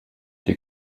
der